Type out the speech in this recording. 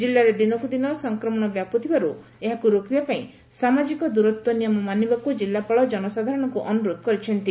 କିଲ୍ଲାରେ ଦିନକୁ ଦିନ ସଂକ୍ରମଶ ବ୍ୟାପୁଥିବାରୁ ଏହାକୁ ରୋକିବା ପାଇଁ ସାମାଜିକ ଦ୍ରତ୍ ନିୟମ ମାନିବାକୁ ଜିଲ୍ଲାପାଳ ଜନସାଧାରଣଙ୍କୁ ଅନୁରୋଧ କରିଛନ୍ତି